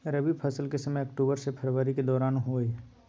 रबी फसल के समय अक्टूबर से फरवरी के दौरान होय हय